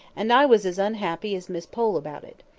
and i was as unhappy as miss pole about it.